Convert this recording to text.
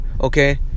Okay